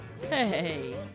Hey